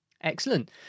Excellent